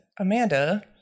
Amanda